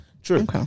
True